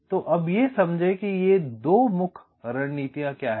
तो अब यह समझे कि 2 मुख्य रणनीतियाँ क्या हैं